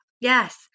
Yes